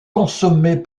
consommée